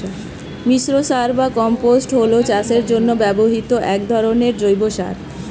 মিশ্র সার বা কম্পোস্ট হল চাষের জন্য ব্যবহৃত এক ধরনের জৈব সার